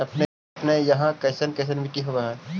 अपने यहाँ कैसन कैसन मिट्टी होब है?